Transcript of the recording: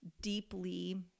deeply